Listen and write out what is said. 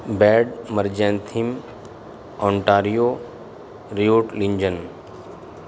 bed Mergentheim Ontario Reutlingen